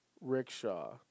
rickshaw